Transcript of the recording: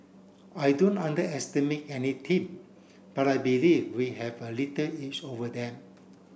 I don't underestimate any team but I believe we have a little edge over them